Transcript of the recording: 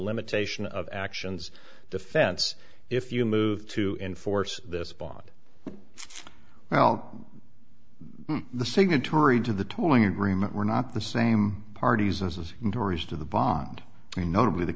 limitation of actions defense if you move to enforce this bond well the signatory to the towing agreement we're not the same parties as tories to the bond notably the